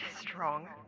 strong